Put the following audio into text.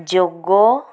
ଯୋଗ